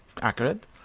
accurate